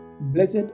Blessed